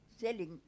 selling